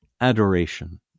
adoration